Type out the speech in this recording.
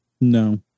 No